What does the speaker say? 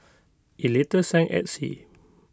IT later sank at sea